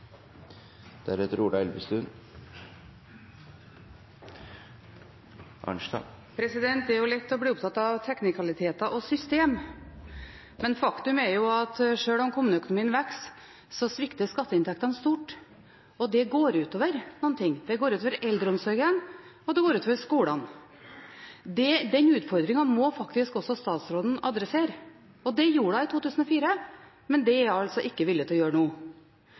lett å bli opptatt av teknikaliteter og system. Faktum er at sjøl om kommuneøkonomien vokser, så svikter skatteinntektene stort, og det går ut over noe. Det går ut over eldreomsorgen, og det går ut over skolene. Den utfordringen må faktisk statsråden adressere. Det gjorde hun i 2004, men det er hun altså ikke villig til å gjøre